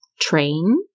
train